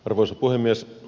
arvoisa puhemies